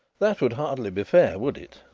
that would hardly be fair, would it?